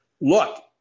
look